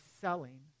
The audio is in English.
selling